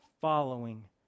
Following